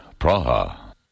Praha